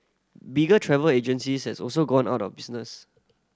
bigger travel agencies has also gone out of business